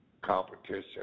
competition